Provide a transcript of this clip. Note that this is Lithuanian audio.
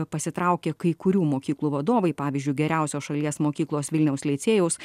pasitraukė kai kurių mokyklų vadovai pavyzdžiui geriausios šalies mokyklos vilniaus licėjaus